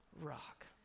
rock